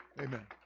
Amen